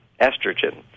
estrogen